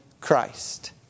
Christ